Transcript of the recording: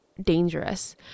Dangerous